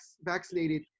vaccinated